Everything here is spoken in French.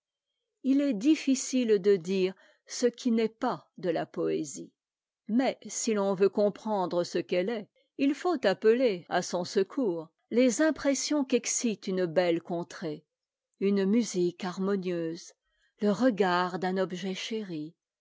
il est difficile de dire ce qui n'est pas de la poésie mais si l'on veut comprendre ce qu'elle est il faut appeler à son secours les impressions qu'excitent une belle contrée une musique harmonieuse le regard d'un objet chéri